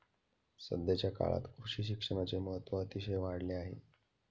सध्याच्या काळात कृषी शिक्षणाचे महत्त्व अतिशय वाढले आहे